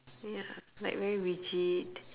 ya like very rigid